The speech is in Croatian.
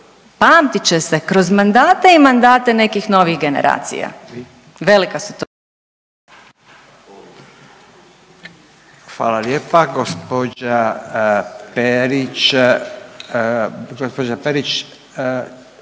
pamtit će se kroz mandate i mandate nekih novih generacija. Velika su to djela. **Radin,